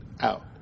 out